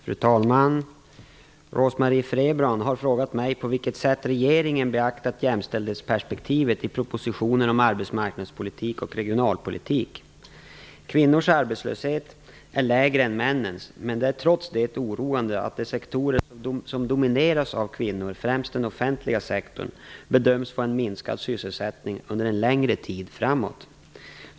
Fru talman! Rose-Marie Frebran har frågat mig på vilket sätt regeringen beaktat jämställdhetsperspektivet i propositionerna om arbetsmarknadspolitik och regionalpolitik. Kvinnors arbetslöshet är lägre än männens, men det är trots det oroande att de sektorer som domineras av kvinnor, främst den offentliga sektorn, bedöms få en minskad sysselsättning under en längre tid framåt.